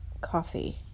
coffee